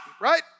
right